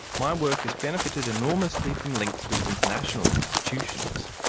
my work has benefited enormously from links with international institutions.